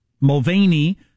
Mulvaney